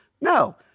No